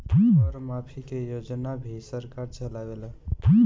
कर माफ़ी के योजना भी सरकार चलावेला